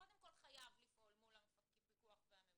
שקודם כל חייבים לפעול מול הפיקוח והממונה,